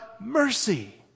mercy